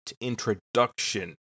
introduction